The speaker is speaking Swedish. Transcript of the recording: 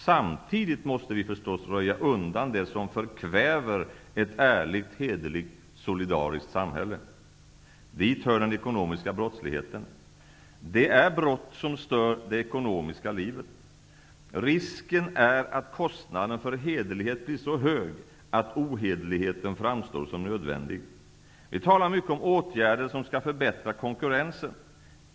Samtidigt måste vi förstås röja undan det som förkväver ett ärligt, hederligt, solidariskt samhälle. Dit hör den ekonomiska brottsligheten. Det är brott som stör det ekonomiska livet. Risken är att kostnaden för hederlighet blir så hög att ohederligheten framstår som nödvändig. Vi talar mycket om åtgärder som skall förbättra konkurrensen.